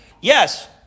yes